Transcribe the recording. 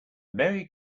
merry